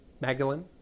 Magdalene